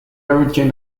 origin